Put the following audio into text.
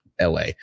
LA